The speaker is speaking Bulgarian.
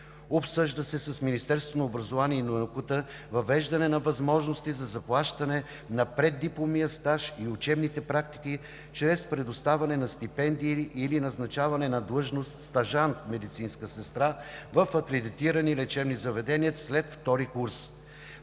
сестра“. С Министерството на образованието и науката се обсъжда въвеждането на възможност за заплащане на преддипломния стаж и на учебните практики чрез предоставяне на стипендии или назначаване на длъжност „стажант – медицинска сестра“ в акредитирани лечебни заведения след втори курс.